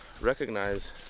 recognize